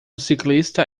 ciclista